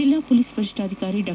ಜಿಲ್ಲಾ ಮೊಲೀಸ್ ವರಿಷ್ಠಾಧಿಕಾರಿ ಡಾ